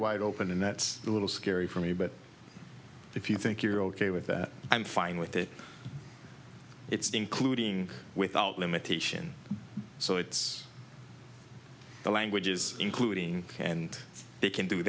wide open and that's a little scary for me but if you think you're ok with that i'm fine with it it's including without limitation so it's languages including and they can do